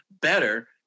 better